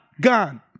gone